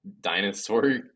dinosaur